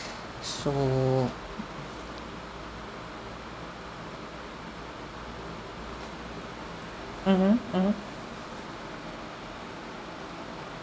so mmhmm mmhmm